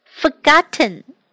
forgotten